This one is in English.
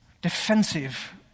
defensive